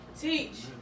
Teach